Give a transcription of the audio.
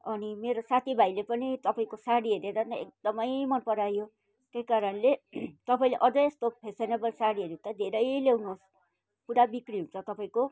अनि मेरो साथी भाइले पनि तपाईँको साडी हेरेर नै एकदमै मनपरायो त्यही कारणले तपाईँले अझै यस्तो फेसनेबल साडीहरू त धेरै ल्याउनोस् पुरा बिक्री हुन्छ तपाईँको